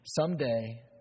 someday